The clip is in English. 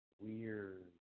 Weird